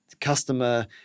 customer